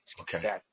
Okay